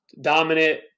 dominant